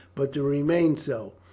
but to remain so,